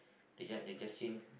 they just they just change